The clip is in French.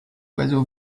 oiseau